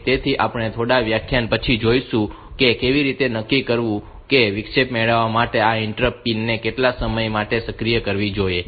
તેથી આપણે થોડા વ્યાખ્યાન પછી જોઈશું કે કેવી રીતે નક્કી કરવું કે વિક્ષેપ મેળવવા માટે આ ઇન્ટરપ્ટ પિન ને કેટલા સમય માટે સક્રિય કરવી જોઈએ